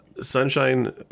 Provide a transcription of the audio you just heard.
Sunshine